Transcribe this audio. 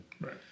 Right